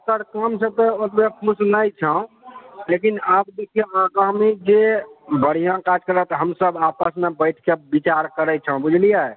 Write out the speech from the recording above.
एकर कामसँ त ओतए खुश नहि छौ लेकिन आब देखियौ आगामी जे बढ़िऑं काज करत तऽ हमसब आपस मे बैस कऽ विचार करै छौ बुझलियै